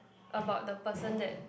about the person that